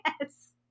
Yes